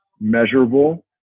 measurable